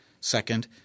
Second